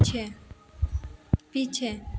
छे पीछे